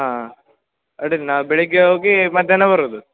ಹಾಂ ಅಡ್ಡಿಯಿಲ್ ನಾ ಬೆಳಗ್ಗೆ ಹೋಗಿ ಮಧ್ಯಾಹ್ನ ಬರೋದು